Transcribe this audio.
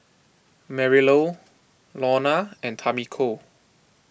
Marylou Launa and Tamiko